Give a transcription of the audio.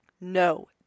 no